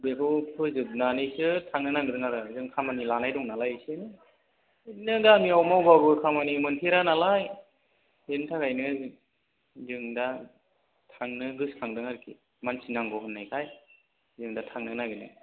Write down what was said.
बेखौ फोजोबनानैसो थांनो नागिरदों आरो जों खामानि लानाय दंनालाय एसे बिदिनो गामियाव मावब्लाबो खामानि मोनथेरा नालाय बिनि थाखायनो जों दा थांनो गोसोखांदों आरोखि मानसि नांगौ होननायखाय जों दा थांनो नागिरदों